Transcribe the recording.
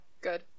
good